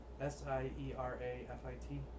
S-I-E-R-A-F-I-T